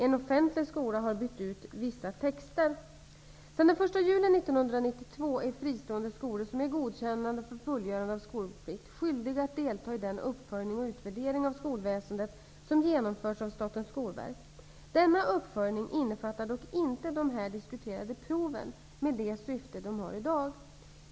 En offentlig skola har bytt ut vissa texter. Sedan den 1 juli 1992 är fristående skolor, som är godkända för fullgörande av skolplikt, skyldiga att delta i den uppföljning och utvärdering av skolväsendet som genomförs av Statens skolverk. Denna uppföljning innefattar dock inte de här diskuterade proven med det syfte de har i dag.